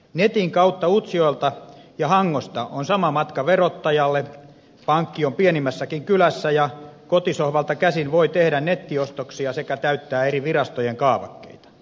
netin kautta utsjoelta ja hangosta on sama matka verottajalle pankki on pienimmässäkin kylässä ja kotisohvalta käsin voi tehdä nettiostoksia sekä täyttää eri virastojen kaavakkeita